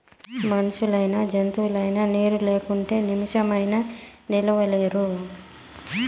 మనుషులైనా జంతువులైనా నీరు లేకుంటే నిమిసమైనా నిలువలేరు